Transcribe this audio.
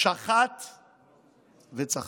שחט וצחק.